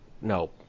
no